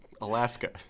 Alaska